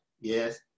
Yes